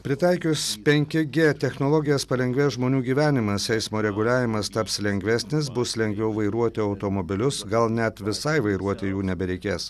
pritaikius penki g technologijas palengvės žmonių gyvenimas eismo reguliavimas taps lengvesnis bus lengviau vairuoti automobilius gal net visai vairuoti jų nebereikės